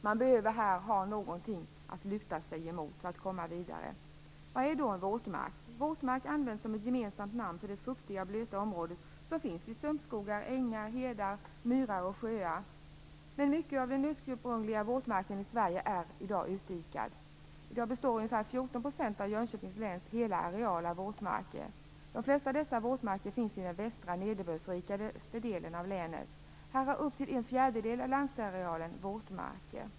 Man behöver här ha någonting att luta sig emot för att kunna gå vidare. Vad är då en våtmark? Våtmark används som ett gemensamt namn för de fuktiga och blöta områden som finns i sumpskogar, på ängar, på hedar, i myrar och i sjöar. Mycket av den ursprungliga våtmarken i Sverige är utdikad. I dag består ca 14 % av Jönköpings läns hela areal av våtmarker. De flesta av dessa våtmarker finns i den västra nederbördsrikaste delen av länet. Här är upp till en fjärdedel av landarealen våtmarker.